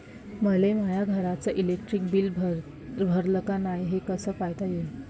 मले माया घरचं इलेक्ट्रिक बिल भरलं का नाय, हे कस पायता येईन?